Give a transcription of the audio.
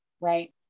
right